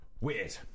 weird